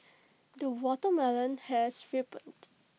the watermelon has ripened